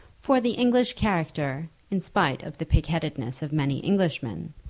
for the english character, in spite of the pigheadedness of many englishmen,